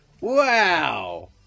Wow